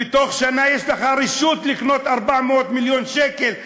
ובתוך שנה יש לך רשות לקנות ב-400 מיליון שקל תוכן,